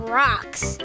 rocks